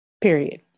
Period